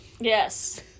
yes